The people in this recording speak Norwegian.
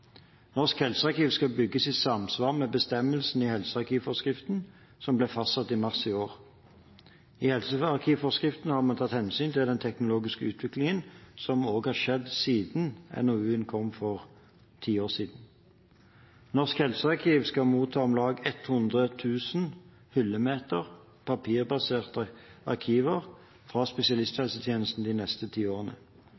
Norsk helsearkiv skal bygges i samsvar med bestemmelsene i helsearkivforskriften, som ble fastsatt i mars i år. I helsearkivforskriften har man tatt hensyn til den teknologiske utviklingen som har skjedd siden NOU-en kom for ti år siden. Norsk helsearkiv skal motta om lag 100 000 hyllemeter papirbaserte arkiver fra